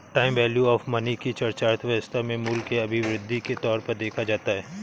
time value of money की चर्चा अर्थव्यवस्था में मूल्य के अभिवृद्धि के तौर पर देखा जाता है